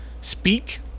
speak